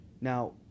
now